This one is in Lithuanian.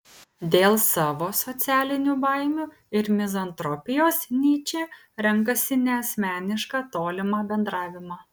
dėl savo socialinių baimių ir mizantropijos nyčė renkasi neasmenišką tolimą bendravimą